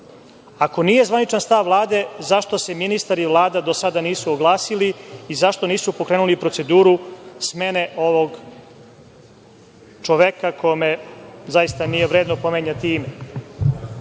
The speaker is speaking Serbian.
Ako nije zvaničan stav Vlade zašto se ministar i Vlada do sada nisu oglasili i zašto nisu pokrenuli proceduru smene ovog čoveka kome zaista nije vredno pominjati